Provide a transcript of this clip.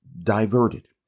diverted